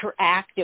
interactive